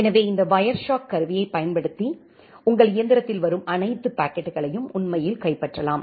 எனவே இந்த வயர்ஷார்க் கருவியைப் பயன்படுத்தி உங்கள் இயந்திரத்தில் வரும் அனைத்து பாக்கெட்டுகளையும் உண்மையில் கைப்பற்றலாம்